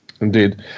Indeed